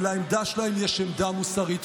ולעמדה שלהם יש עמדה מוסרית.